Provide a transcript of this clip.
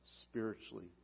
spiritually